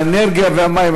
האנרגיה והמים,